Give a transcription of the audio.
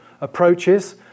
approaches